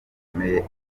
bikomeye